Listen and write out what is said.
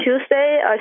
Tuesday